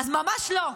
אז ממש לא,